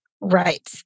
Right